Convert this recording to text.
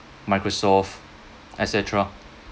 microsoft et cetera